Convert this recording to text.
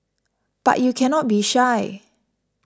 but you cannot be shy